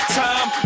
time